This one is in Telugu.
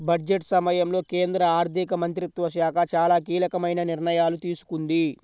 బడ్జెట్ సమయంలో కేంద్ర ఆర్థిక మంత్రిత్వ శాఖ చాలా కీలకమైన నిర్ణయాలు తీసుకుంది